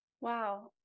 Wow